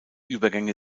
übergänge